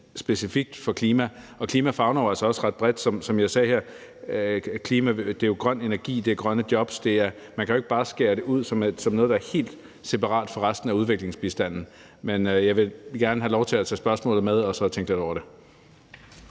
specifikt for klima, og klima favner jo altså også ret bredt, som jeg sagde her – det er jo grøn energi, det er grønne jobs, og man kan jo ikke bare skære det ud som noget, der er helt separat fra resten af udviklingsbistanden. Men jeg vil gerne have lov til at tage spørgsmålet med og så tænke lidt over det.